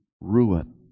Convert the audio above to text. ruin